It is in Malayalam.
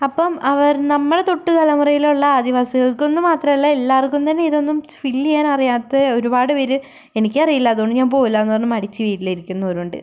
അപ്പം അവർ നമ്മളെ തൊട്ട് തലമുറയിലുള്ള ആദിവാസികൾക്കൊന്ന് മാത്രം അല്ല എല്ലാർക്കും തന്നെ ഇതൊന്നും ഫില്ല് ചെയ്യാൻ അറിയാത്ത ഒരുപാട് പേര് എനിക്ക് അറീല്ല അതോണ്ട് ഞാൻ പോവൂല്ലാന്ന് പറഞ്ഞ് മടിച്ച് വീട്ടിൽ ഇരിക്കുന്നവരും ഉണ്ട്